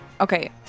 Okay